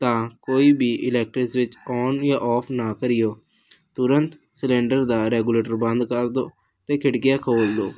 ਤਾਂ ਕੋਈ ਵੀ ਇਲੈਕਟਰਿਕ ਸਵਿੱਚ ਔਨ ਜਾਂ ਆਫ ਨਾ ਕਰਿਓ ਤੁਰੰਤ ਸਲੰਡਰ ਦਾ ਰੈਗੂਲੇਟਰ ਬੰਦ ਕਰ ਦਿਓ ਅਤੇ ਖਿੜਕੀਆਂ ਖੋਲ੍ਹ ਦਿਓ